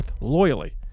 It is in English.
loyally